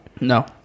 no